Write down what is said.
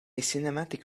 cinematic